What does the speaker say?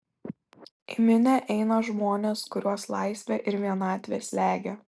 į minią eina žmonės kuriuos laisvė ir vienatvė slegia